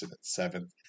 seventh